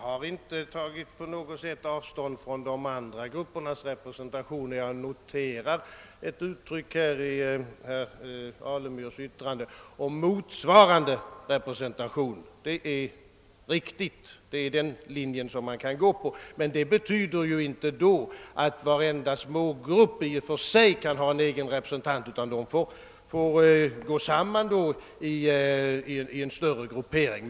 Herr talman! Jag har inte på något sätt tagit avstånd från de andra gruppernas representation. Jag noterar ett uttryck i herr Alemyrs yttrande om »motsvarande» representation. Det är viktigt, det är den linje som man kan gå på. Men det betyder inte, att varenda smågrupp i och för sig kan ha en egen representant, utan de bör gå samman i en större gruppering.